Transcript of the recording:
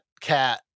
cat